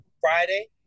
Friday